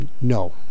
No